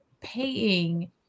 paying